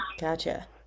Gotcha